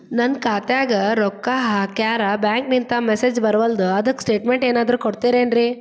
ನನ್ ಖಾತ್ಯಾಗ ರೊಕ್ಕಾ ಹಾಕ್ಯಾರ ಬ್ಯಾಂಕಿಂದ ಮೆಸೇಜ್ ಬರವಲ್ದು ಅದ್ಕ ಸ್ಟೇಟ್ಮೆಂಟ್ ಏನಾದ್ರು ಕೊಡ್ತೇರೆನ್ರಿ?